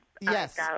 Yes